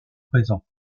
présent